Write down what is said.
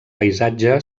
paisatge